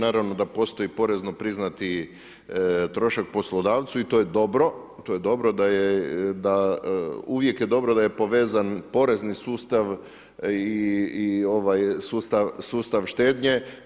Naravno da postoji porezno priznati trošak poslodavcu i to je dobro, uvijek je dobro da je povezan porezni sustav i sustav štednje.